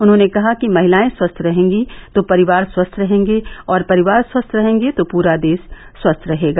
उन्होंने कहा कि महिलायें स्वस्थ्य रहेंगी तो परिवार स्वस्थ्य रहेंगे और परिवार स्वस्थ्य रहेंगे तो पूरा देश स्वस्थ्य रहेगा